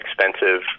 expensive